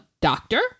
doctor